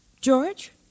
George